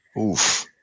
Oof